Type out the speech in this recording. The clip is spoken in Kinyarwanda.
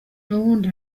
nubundi